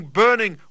burning